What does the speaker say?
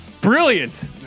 brilliant